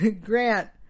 grant